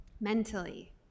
mentally